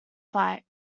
fight